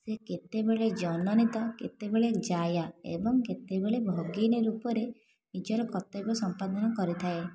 ସେ କେତେବେଳେ ଜନନୀ ତା କେତେବେଳେ ଜାୟା ଏବଂ କେତେବେଳେ ଭଗିନୀ ରୂପରେ ନିଜର କର୍ତ୍ତବ୍ୟ ସମ୍ପାଦାନ କରିଥାଏ